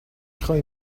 خوای